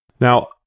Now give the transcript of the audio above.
Now